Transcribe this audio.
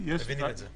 מבינים את זה.